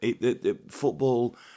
Football